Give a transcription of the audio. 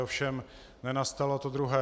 Ovšem nenastalo to druhé.